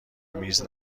میز